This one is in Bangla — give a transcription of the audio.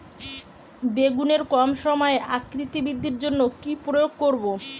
বেগুনের কম সময়ে আকৃতি বৃদ্ধির জন্য কি প্রয়োগ করব?